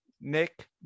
Nick